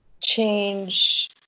change